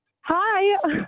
Hi